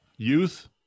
Youth